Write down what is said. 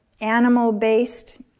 animal-based